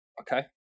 Okay